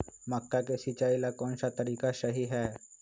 मक्का के सिचाई ला कौन सा तरीका सही है?